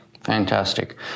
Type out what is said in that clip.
Fantastic